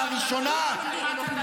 מדינת ישראל.